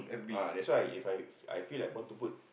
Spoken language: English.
ah that's why If I I feel like want to put